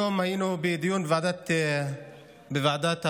היום היינו בדיון בוועדת הבריאות.